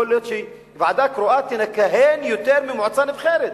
יכול להיות שוועדה קרואה תכהן יותר ממועצה נבחרת,